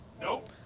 Nope